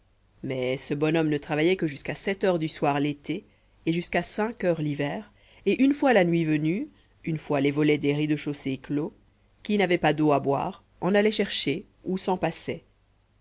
mais ce bonhomme ne travaillait que jusqu'à sept heures du soir l'été et jusqu'à cinq heures l'hiver et une fois la nuit venue une fois les volets des rez-de-chaussée clos qui n'avait pas d'eau à boire en allait chercher ou s'en passait